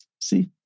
see